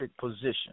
position